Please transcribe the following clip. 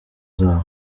zabo